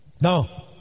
No